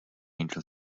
angel